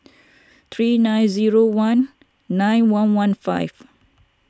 three nine zero one nine one one five